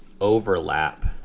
overlap